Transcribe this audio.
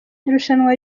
irushanwa